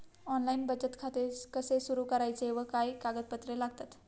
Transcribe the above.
Online बचत खाते कसे सुरू करायचे व काय कागदपत्रे लागतात?